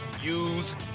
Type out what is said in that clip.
use